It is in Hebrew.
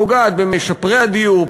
פוגעת במשפרי הדיור,